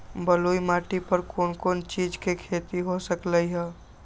बलुई माटी पर कोन कोन चीज के खेती हो सकलई ह?